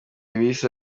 bise